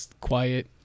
quiet